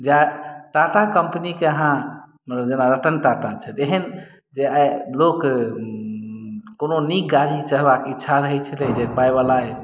जे टाटा कम्पनीके अहाँ मतलब जेना रतन टाटा छै तऽ एहन जे आइ लोक कोनो नीक गाड़ी चढ़बाक इच्छा रहैत छलै जे पाइवला अइ